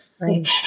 Right